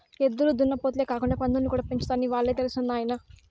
ఎద్దులు దున్నపోతులే కాకుండా పందుల్ని కూడా పెంచుతారని ఇవ్వాలే తెలిసినది నాయన